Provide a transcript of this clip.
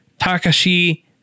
Takashi